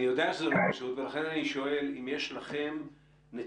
אני יודע שזה לא פשוט ולכן אני שואל אם יש לכם נתונים